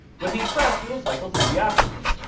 with each press you will cycle through the options.